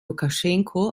lukaschenko